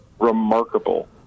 remarkable